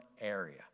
area